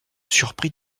surprit